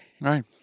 Right